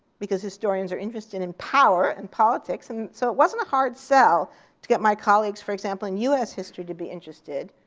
because historians are interested in power, and politics. and so it wasn't a hard sell to get my colleagues, for example, in us history to be interested.